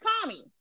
Tommy